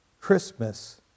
Christmas